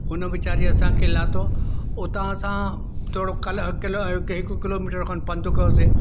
हुन वेचारे असांखे लाथो उतां असां थोरो हिकु किलोमीटर खनि पंधि कयोसीं